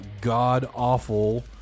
god-awful